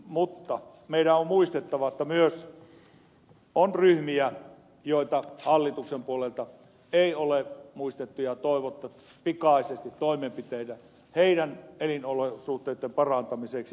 mutta meidän on muistettava että myös on ryhmiä joita hallituksen puolelta ei ole muistettu ja toivon pikaisesti toimenpiteitä heidän elinolosuhteittensa parantamiseksi